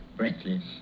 Breathless